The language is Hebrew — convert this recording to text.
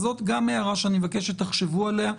זאת הערה שאני מבקש שתחשבו עליה.